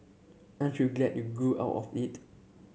aren't you glad you grew out of it